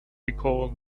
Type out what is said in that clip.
because